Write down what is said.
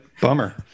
bummer